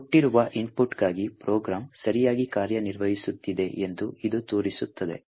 ಕೊಟ್ಟಿರುವ ಇನ್ಪುಟ್ ಗಾಗಿ ಪ್ರೋಗ್ರಾಂ ಸರಿಯಾಗಿ ಕಾರ್ಯನಿರ್ವಹಿಸುತ್ತಿದೆ ಎಂದು ಇದು ತೋರಿಸುತ್ತದೆ